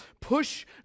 push